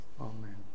Amen